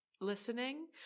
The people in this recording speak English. listening